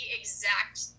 exact